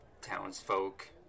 Townsfolk